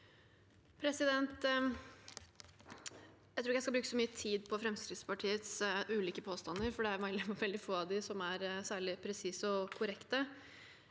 Jeg tror ikke jeg skal bruke så mye tid på Fremskrittspartiets ulike påstander, for det er veldig få av dem som er særlig presise og korrekte.